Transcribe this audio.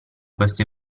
queste